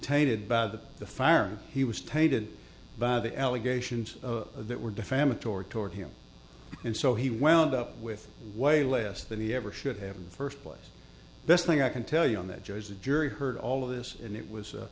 tainted by the fire he was tainted by the allegations that were defamatory toward him and so he wound up with way less than he ever should have in the first place best thing i can tell you on that joe is a jury heard all of this and it was